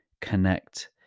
Connect